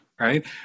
right